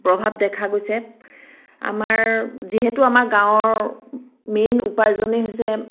প্ৰভাৱ দেখা গৈছে আমাৰ যিহেতু আমাৰ গাঁৱৰ মেইন উপাৰ্জনেই হৈছে